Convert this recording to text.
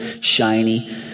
shiny